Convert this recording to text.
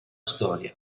storia